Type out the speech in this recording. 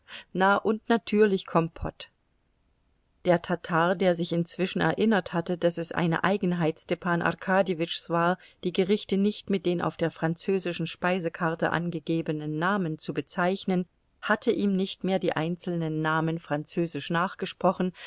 na und natürlich kompott der tatar der sich inzwischen erinnert hatte daß es eine eigenheit stepan arkadjewitschs war die gerichte nicht mit den auf der französischen speisekarte angegebenen namen zu bezeichnen hatte ihm nicht mehr die einzelnen namen französisch nachgesprochen